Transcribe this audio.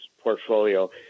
portfolio